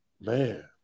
man